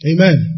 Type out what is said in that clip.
Amen